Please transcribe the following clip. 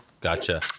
gotcha